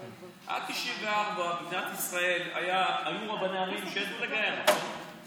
לג'יהאד והבן שלה יושב בכלא על עבירות ביטחוניות?